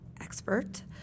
expert